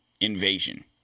invasion